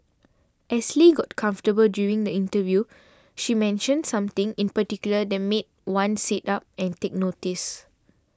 as Lee got comfortable during the interview she mentioned something in particular that made one sit up and take notice